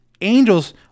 Angels